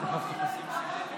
לוועדת הכלכלה נתקבלה.